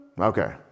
Okay